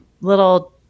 little